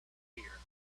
fear